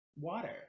water